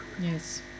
Yes